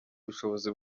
bushobozi